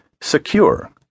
Secure